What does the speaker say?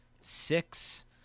six